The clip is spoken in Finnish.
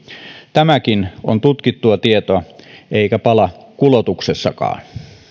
tämäkin on tutkittua tietoa eikä pala kulotuksessakaan